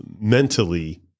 mentally